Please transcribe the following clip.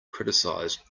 criticized